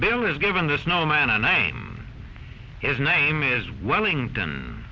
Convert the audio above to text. bill is given the snowman a name his name is wellington